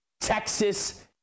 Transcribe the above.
Texas